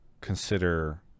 consider